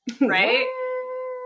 right